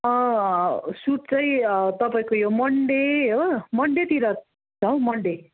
suit चाहिँ तपाईँको यो मन्डे हो मन्डेतिर छ हो मन्डे